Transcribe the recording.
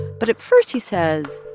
but at first, he says,